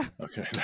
okay